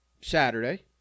Saturday